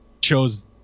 chose